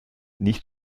nicht